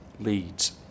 leads